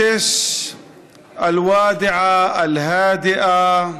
כפר גִ'ש השקט והפסטורלי שבצפון מוכה יגון וכאב.